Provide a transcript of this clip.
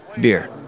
beer